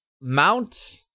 Mount